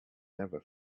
never